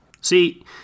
See